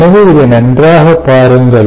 எனவே இதை நன்றாக பாருங்கள்